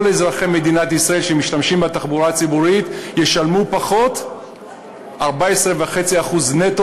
כל אזרחי מדינת ישראל שמשתמשים בתחבורה הציבורית ישלמו פחות 14.5% נטו,